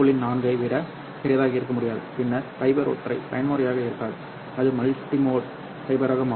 4 ஐ விட பெரியதாக இருக்க முடியாது பின்னர் ஃபைபர் ஒற்றை பயன்முறையாக இருக்காது அது மல்டிமோட் ஃபைபராக மாறும்